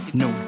no